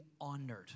honored